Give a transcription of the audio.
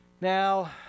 Now